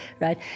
right